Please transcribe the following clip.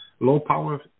low-power